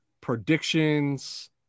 predictions